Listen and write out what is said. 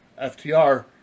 FTR